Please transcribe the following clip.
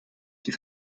die